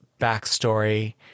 backstory